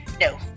no